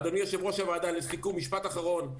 אדוני יושב-ראש הוועדה, לסיכום, משפט אחרון: